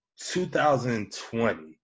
2020